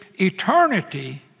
eternity